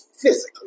Physically